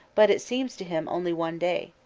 but it seems to him only one day.